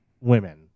women